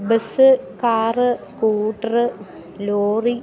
bus car scooter lorry